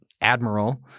Admiral